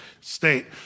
state